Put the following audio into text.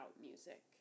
music